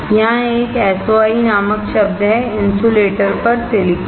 यहां एक SOI नामक शब्द है इन्सुलेटर पर सिलिकॉन